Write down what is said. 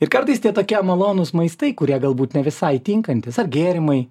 ir kartais tie tokie malonūs maistai kurie galbūt ne visai tinkantys ar gėrimai